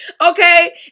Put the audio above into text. okay